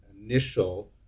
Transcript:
initial